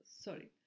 Sorry